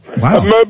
Wow